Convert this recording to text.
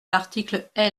l’article